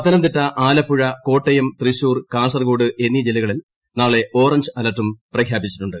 പത്തനംതിട്ട ് ആലപ്പുഴ കോട്ടയം തൃശൂർ കാസർകോഡ് എന്നീ ജില്ലകളിൽ നാളെ ഓറഞ്ച് അലർട്ടും പ്രഖ്യാപിച്ചിട്ടുണ്ട്